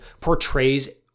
portrays